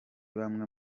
bamwe